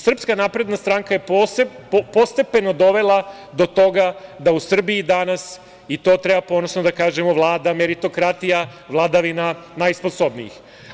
Srpska napredna stranka je postepeno dovela do toga da u Srbiji danas i to treba s ponosom da kažemo vlada meritokratija, vladavina najsposobnijih.